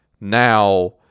now